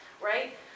right